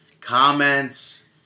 comments